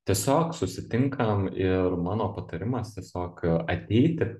tiesiog susitinkam ir mano patarimas tiesiog ateiti